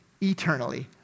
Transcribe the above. eternally